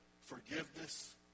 forgiveness